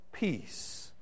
Peace